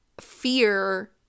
fear